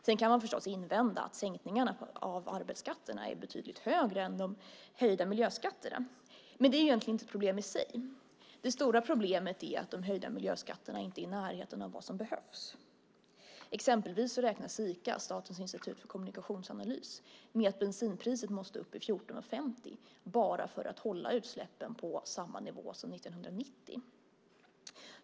Sedan kan man förstås invända att sänkningarna av arbetsskatterna är betydligt högre än de höjda miljöskatterna, men det är egentligen inte något problem i sig. Det stora problemet är att de höjda miljöskatterna inte är i närheten av vad som behövs. Exempelvis räknar Sika, Statens institut för kommunikationsanalys, med att bensinpriset måste upp till 14:50 bara för att hålla utsläppen på samma nivå som 1990.